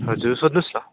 हजुर सोध्नुहोस् न